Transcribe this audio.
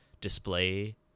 display